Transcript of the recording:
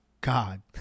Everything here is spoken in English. God